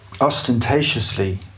ostentatiously